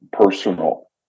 personal